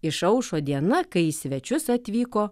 išaušo diena kai į svečius atvyko